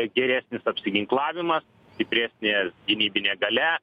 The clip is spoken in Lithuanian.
geresnis apsiginklavimas stipresnė gynybinė galia